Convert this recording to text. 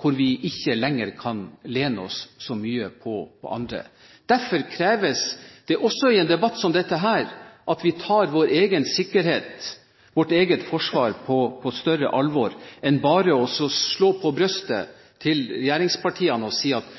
hvor vi ikke lenger kan lene oss så mye på andre. Derfor kreves det også i en debatt som denne at vi tar vår egen sikkerhet og vårt eget forsvar på større alvor enn bare ved at regjeringspartiene slår seg på brystet og sier om tingenes tilstand at